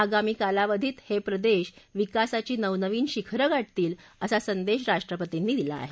आगामी कालावधीत हे प्रदेश विकासाची नवनवीन शिखरं गाठतील असा संदेश राष्ट्रपतींनी दिला आहे